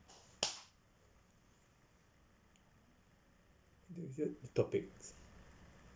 debate topics